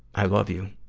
i love you.